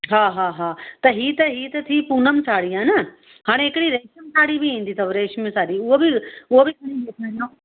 हा हा हा त हीअ त हआ त थी पूनम साड़ी आ न हाणे हिकिड़ी रेशम साड़ी बि ईंदी अथव रेशमी साड़ी हूअ बि हूअ बि खणी ॾेखाईंदो